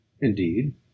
Indeed